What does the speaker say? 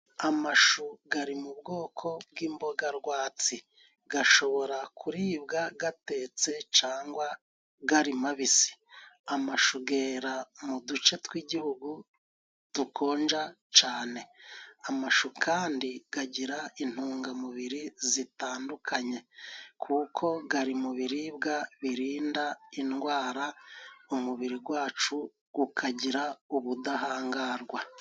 Amashu gari mu bwoko bw'imboga rwatsi, gashobora kuribwa gatetse cangwa gari mabisi, amashu gera mu duce tw'igihugu dukonja cane, amashu kandi gagira intungamubiri zitandukanye kuko gari mu biribwa birinda indwara umubiri gwacu gukagira ubudahangarwa.